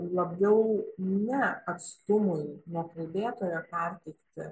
labiau ne atstumui nuo kalbėtojo perteikti